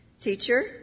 Teacher